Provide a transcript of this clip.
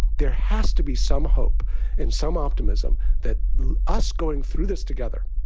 there has to be some hope and some optimism that us going through this together.